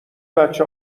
بچه